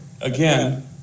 again